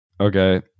Okay